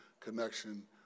connection